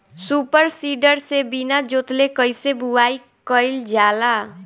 Super seeder से बीना जोतले कईसे बुआई कयिल जाला?